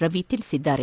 ರವಿ ತಿಳಿಸಿದ್ದಾರೆ